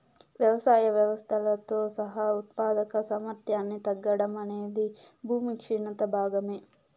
వ్యవసాయ వ్యవస్థలతో సహా ఉత్పాదక సామర్థ్యాన్ని తగ్గడం అనేది భూమి క్షీణత భాగమే